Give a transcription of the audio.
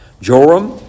Joram